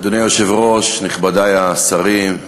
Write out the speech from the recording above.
אדוני היושב-ראש, נכבדי השרים,